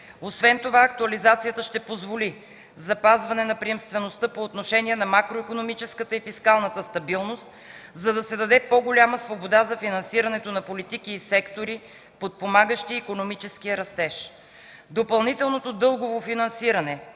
Освен това актуализацията ще позволи запазване на приемствеността по отношение на макроикономическата и фискалната стабилност, за да се даде по-голяма свобода за финансирането на политики и сектори, подпомагащи икономическия растеж. Допълнителното дългово финансиране